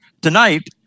tonight